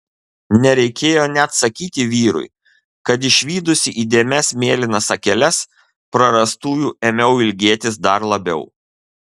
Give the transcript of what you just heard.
nereikėjo net sakyti vyrui kad išvydusi įdėmias mėlynas akeles prarastųjų ėmiau ilgėtis dar labiau